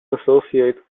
associate